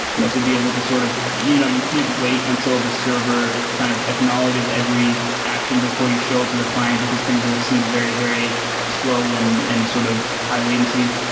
you have to be able to sort of you know you can't wait until the server kind of acknowledges every action before you show it to the client, because things will seem very, very slow and and sort of high latency.